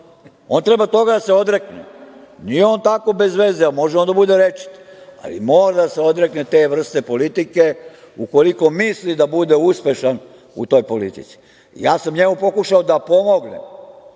On treba toga da se odrekne. Nije on tako bezveze, može da bude rečit, ali mora da se odrekne te vrste politike, ukoliko misli da bude uspešan u toj politici. Pokušao sam da mu pomognem